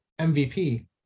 MVP